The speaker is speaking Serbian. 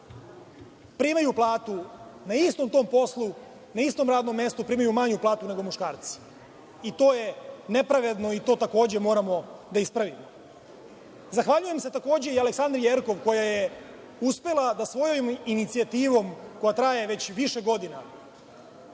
primaju platu, na istom tom poslu, na istom tom radnom mestu primaju manju platu nego muškarci i to je nepravedno i to takođe moramo da ispravimo. Zahvaljujem se takođe i Aleksandri Jerkov koja je uspela da svojom inicijativom, koja traje već više godina